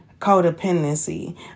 codependency